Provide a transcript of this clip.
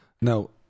Now